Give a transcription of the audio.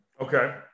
Okay